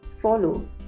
follow